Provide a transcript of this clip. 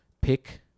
Pick